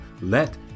let